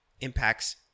impacts